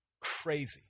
crazy